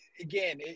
again